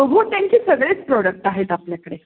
हो त्यांचे सगळेच प्रोडक्ट आहेत आपल्याकडे